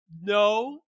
no